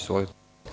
Izvolite.